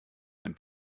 ein